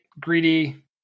greedy